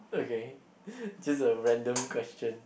okay just a random question